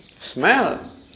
smell